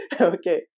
okay